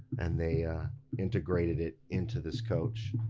and they integrated it into this coach.